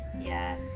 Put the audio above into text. Yes